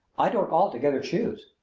i don't altogether choose.